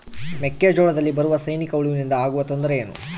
ಮೆಕ್ಕೆಜೋಳದಲ್ಲಿ ಬರುವ ಸೈನಿಕಹುಳುವಿನಿಂದ ಆಗುವ ತೊಂದರೆ ಏನು?